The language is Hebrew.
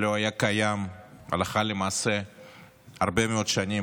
שלא היה קיים הלכה למעשה הרבה מאוד שנים,